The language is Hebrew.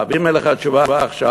ואם אין לך תשובה עכשיו,